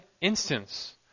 instance